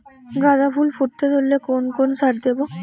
গাদা ফুল ফুটতে ধরলে কোন কোন সার দেব?